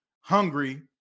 hungry